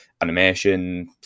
animation